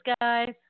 guys